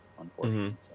unfortunately